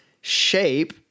shape